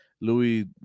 Louis